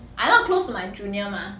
I not close to my junior mah